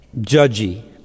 judgy